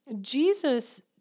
Jesus